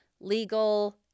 legal